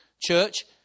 Church